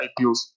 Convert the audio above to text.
IPOs